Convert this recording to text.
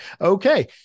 Okay